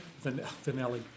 vanilla